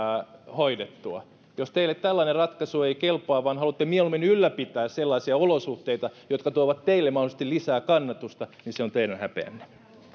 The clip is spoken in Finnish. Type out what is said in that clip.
hoidettua jos teille tällainen ratkaisu ei kelpaa vaan haluatte mieluummin ylläpitää sellaisia olosuhteita jotka tuovat teille mahdollisesti lisää kannatusta niin se on teidän häpeänne